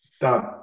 Done